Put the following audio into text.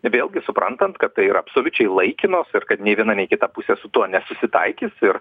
vėlgi suprantant kad tai yra absoliučiai laikinos ir kad nei viena nei kita pusė su tuo nesusitaikys ir